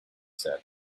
said